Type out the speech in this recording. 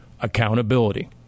Accountability